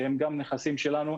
שהם גם נכסים שלנו,